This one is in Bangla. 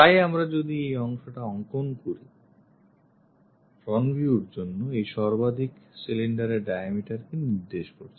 তাই আমরা যদি এই অংশটা অংকন করি ফ্রন্ট ভিউ র জন্য এই সর্বাধিক সিলিন্ডারের ডায়ামিটার কে নির্দেশ করছে